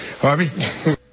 Harvey